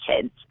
kids